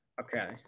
Okay